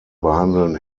behandeln